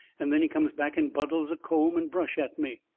and then he comes back and buttles a comb and brush at me.